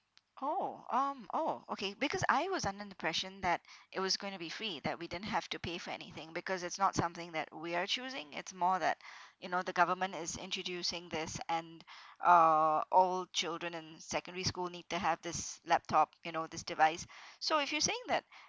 oh um oh okay because I was under the impression that it was gonna be free that we didn't have to pay for anything because it's not something that we are choosing it's more that you know the government is introducing this and uh all children in secondary school need to have this laptop you know this device so if you're saying that